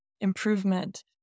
improvement